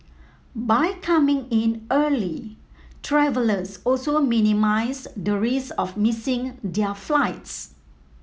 by coming in early travellers also minimise the risk of missing their flights